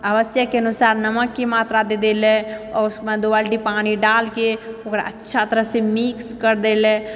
आवश्यकके अनुसार नमकके मात्रा दे दैले आओर उसमे दो बाल्टी पानि डालके ओकरा अच्छा तरहसँ मिक्स कर देइ ला